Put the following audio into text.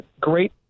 great